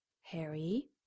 Harry